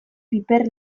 piper